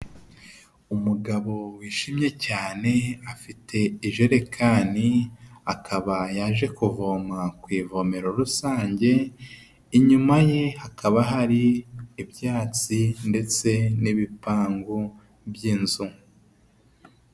Umugabo wijimye cyane, afite ijerekani, akaba yaje kuvoma ku ivomero rusange, inyuma ye hakaba hari ibyatsi ndetse n'ibipangu by'inzu.